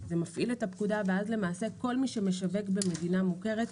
זה מפעיל את הפקודה ואז למעשה כל מי שמשווק במדינה מוכרת,